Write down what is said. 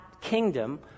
kingdom